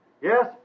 Yes